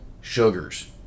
sugars